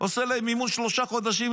עושה להם אימון שלושה חודשים,